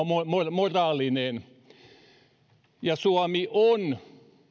moraalinen suomi on